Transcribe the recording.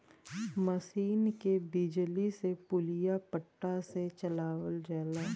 मसीन के बिजली से पुलिया पट्टा से चलावल जाला